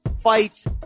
fights